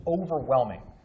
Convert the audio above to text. overwhelming